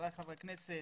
חבריי חברי הכנסת,